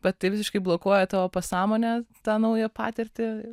bet tai visiškai blokuoja tavo pasąmonę tą naują patirtį